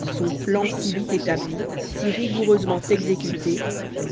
son plan si vite établi si rigoureusement exécuté